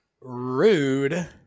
Rude